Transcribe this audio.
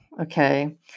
okay